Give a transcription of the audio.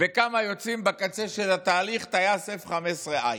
וכמה יוצאים בקצה של התהליך של טייס F-15I,